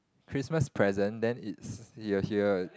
Christmas present then it's you are here